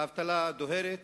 האבטלה דוהרת